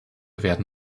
werden